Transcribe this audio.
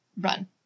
run